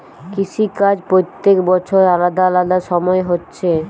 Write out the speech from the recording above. কৃষি কাজ প্রত্যেক বছর আলাদা আলাদা সময় হচ্ছে